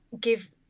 give